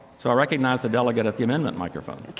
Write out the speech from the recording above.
so i recognize the delegate at the amendment microphone.